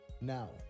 Now